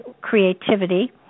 creativity